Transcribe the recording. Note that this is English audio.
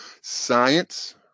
science